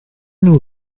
nhw